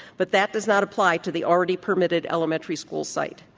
but that does not apply to the already permitted elementary school site.